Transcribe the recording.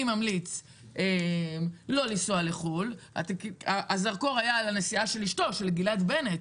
ממליץ לא לנסוע לחו"ל הזרקור היה על הנסיעה של אשתו גילת בנט,